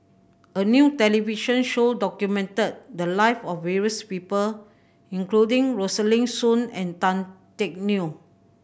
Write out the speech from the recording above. a new television show documented the live of various people including Rosaline Soon and Tan Teck Neo